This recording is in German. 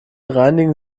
reinigen